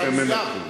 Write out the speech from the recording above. אתם מנגחים,